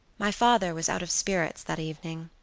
my father was out of spirits that evening.